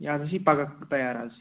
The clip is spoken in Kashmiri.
یہِ حظ ٲسی پگاہ تَیار حظ